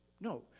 No